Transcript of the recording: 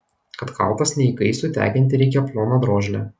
kad kaltas neįkaistų tekinti reikia ploną drožlę